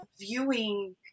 viewing